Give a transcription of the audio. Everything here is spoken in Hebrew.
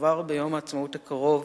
וכבר ביום העצמאות הקרוב,